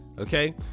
Okay